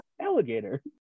alligator